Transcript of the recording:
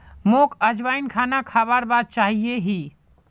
मोक अजवाइन खाना खाबार बाद चाहिए ही